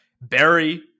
Barry